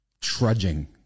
trudging